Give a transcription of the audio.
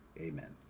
Amen